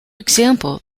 example